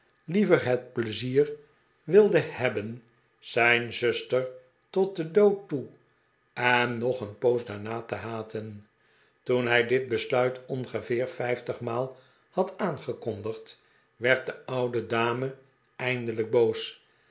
liever het pleizier wilde hebben zijn zuster tot den dood toe en nog een poos daarna te haten toen hij dit besluit ongeveer vijftigmaal had aangekondigd werd de oude dame eindelijk boos